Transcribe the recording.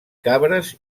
cabres